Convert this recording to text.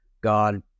God